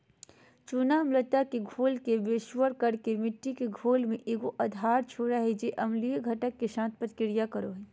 चूना अम्लता के घोल के बेअसर कर के मिट्टी के घोल में एगो आधार छोड़ हइ जे अम्लीय घटक, के साथ प्रतिक्रिया करो हइ